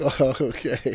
Okay